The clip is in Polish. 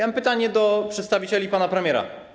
Mam pytanie do przedstawicieli pana premiera.